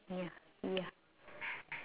ya ya